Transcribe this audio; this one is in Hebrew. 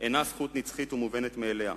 אינו זכות נצחית מובנת מאליה,